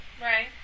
Right